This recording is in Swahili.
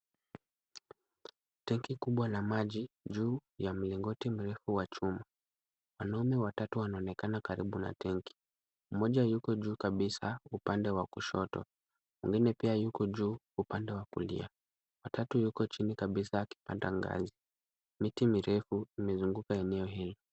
Tenki kubwa la maji, juu ya mlingoti mrefu wa chuma, wanaume watatu wanaonekana karibu na tenki , mmoja yuko juu kabisa, upande wa kushoto, mwingine pia yuko juu, upande wa kulia, watatu yuko chini kabisa, akipanda ngazi, miti mirefu imezunguka eneo hilo.